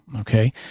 Okay